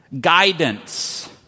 Guidance